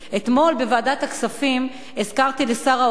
אתמול בוועדת הכספים הזכרתי לשר האוצר